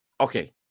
okay